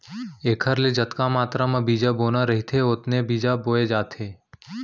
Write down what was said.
एखर ले जतका मातरा म बीजा बोना रहिथे ओतने बीजा बोए जाथे